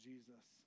Jesus